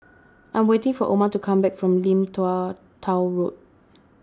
I am waiting for Oma to come back from Lim Tua Tow Road